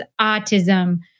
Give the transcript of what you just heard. Autism